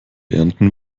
ernten